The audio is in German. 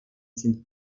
sind